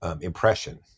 impression